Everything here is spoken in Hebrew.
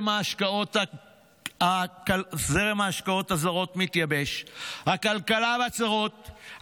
זרם ההשקעות הזרות מתייבש, הכלכלה בצרות,